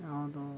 ಯಾವುದು